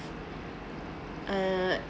uh